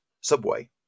subway